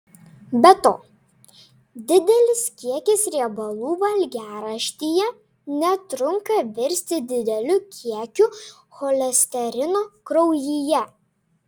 be to didelis kiekis riebalų valgiaraštyje netrunka virsti dideliu kiekiu cholesterino kraujyje